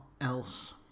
else